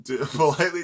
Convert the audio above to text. politely